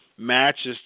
matches